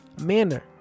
manner